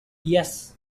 yes